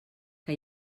que